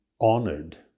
honored